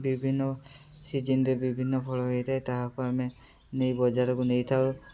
ବିଭିନ୍ନ ସିଜିନ୍ରେ ବିଭିନ୍ନ ଫଳ ହେଇଥାଏ ତାହାକୁ ଆମେ ନେଇ ବଜାରକୁ ନେଇଥାଉ